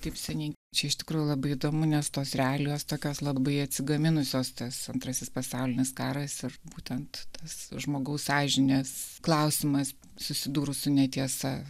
taip seniai čia iš tikrųjų labai įdomu nes tos realijos tokios labai atsigaminusios tas antrasis pasaulinis karas ir būtent tas žmogaus sąžinės klausimas susidūrus su netiesa